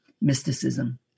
mysticism